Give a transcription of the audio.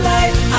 life